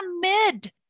mid